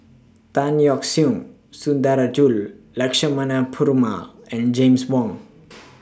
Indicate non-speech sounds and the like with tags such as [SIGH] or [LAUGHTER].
Tan Yeok Seong Sundarajulu Lakshmana Perumal and James Wong [NOISE]